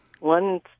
one